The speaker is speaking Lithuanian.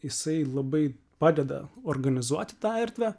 jisai labai padeda organizuoti tą erdvę